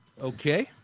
Okay